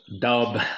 Dub